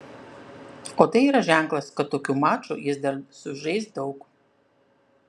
o tai yra ženklas kad tokių mačų jis dar sužais daug